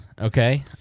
Okay